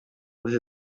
with